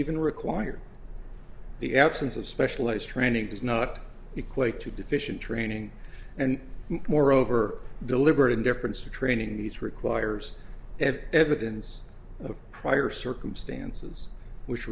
even required the absence of specialized training does not equate to deficient training and moreover deliberate indifference to training needs requires evidence of prior circumstances which